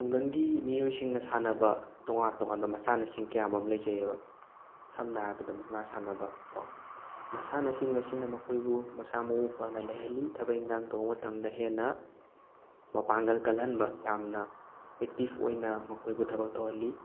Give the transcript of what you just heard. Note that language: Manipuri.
ꯈꯨꯡꯒꯪꯒꯤ ꯃꯤꯑꯣꯏꯁꯤꯡꯅ ꯁꯥꯟꯅꯕ ꯇꯣꯉꯥꯟ ꯇꯣꯉꯥꯟꯕ ꯃꯁꯥꯟꯅꯁꯤꯡ ꯀꯌꯥꯃꯔꯣꯝ ꯂꯩꯖꯩꯑꯕ ꯁꯝꯅ ꯍꯥꯏꯔꯕꯗ ꯃꯨꯛꯅꯥ ꯁꯥꯟꯅꯕ ꯀꯣ ꯃꯁꯥꯟꯅꯁꯤꯡ ꯑꯁꯤꯅ ꯃꯈꯣꯏꯕꯨ ꯃꯁꯥ ꯃꯎ ꯐꯅ ꯂꯩꯍꯜꯂꯤ ꯊꯕꯛ ꯏꯪꯈꯥꯡ ꯇꯧꯕ ꯃꯇꯝꯗ ꯍꯦꯟꯅ ꯃꯄꯥꯡꯒꯜ ꯀꯜꯍꯟꯕ ꯌꯥꯝꯅ ꯑꯦꯛꯇꯤꯚ ꯑꯣꯏꯅ ꯃꯈꯣꯏꯕꯨ ꯊꯕꯛ ꯇꯧꯍꯜꯂꯤ